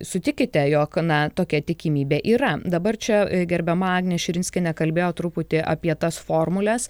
sutikite jog na tokia tikimybė yra dabar čia gerbiama agnė širinskienė kalbėjo truputį apie tas formules